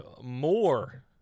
more